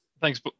Thanks